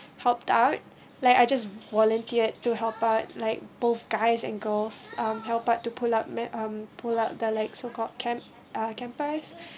popped out like I just volunteered to help out like both guys and girls um help out to pull up ma~ um pull up dialects so called camp uh campus